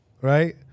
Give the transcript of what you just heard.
Right